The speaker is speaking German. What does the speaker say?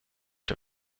der